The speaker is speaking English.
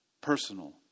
Personal